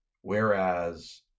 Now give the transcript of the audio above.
Whereas